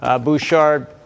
Bouchard